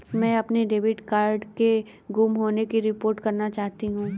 मैं अपने debit card के गुम होने की रिपोर्ट करना चाहती हूँ